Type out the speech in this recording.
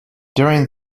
during